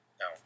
No